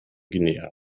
guinea